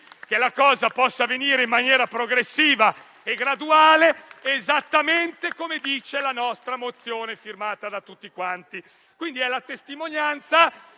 che la cosa possa avvenire in maniera progressiva e graduale, esattamente come dice l'ordine del giorno firmato da tutti.